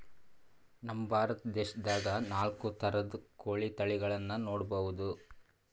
ನಮ್ ಭಾರತ ದೇಶದಾಗ್ ನಾಲ್ಕ್ ಥರದ್ ಕೋಳಿ ತಳಿಗಳನ್ನ ನೋಡಬಹುದ್